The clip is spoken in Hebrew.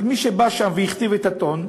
אבל מי שבא שם והכתיב את הטון,